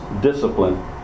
discipline